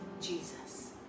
Jesus